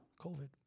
COVID